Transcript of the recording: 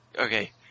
Okay